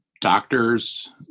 doctors